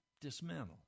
dismantle